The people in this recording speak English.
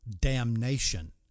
damnation